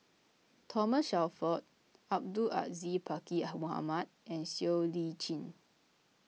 Thomas Shelford Abdul Aziz Pakkeer Mohamed and Siow Lee Chin